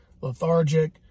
lethargic